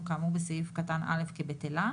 ההסתדרות.